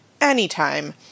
anytime